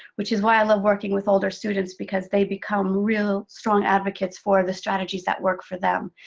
which is why i love working with older students, because they become real strong advocates for the strategies that work for them.